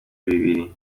bibiri